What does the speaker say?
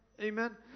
Amen